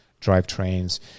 drivetrains